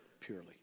Purely